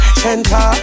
center